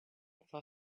for